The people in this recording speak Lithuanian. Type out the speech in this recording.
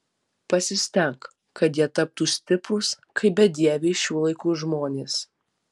pasistenk kad jie taptų stiprūs kaip bedieviai šių laikų žmonės